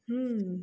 हं